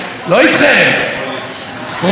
רוב הציבור בישראל איתנו,